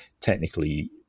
technically